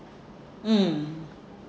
mm